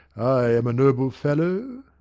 i am a noble fellow?